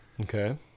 Okay